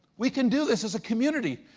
we can do this as a community,